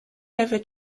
river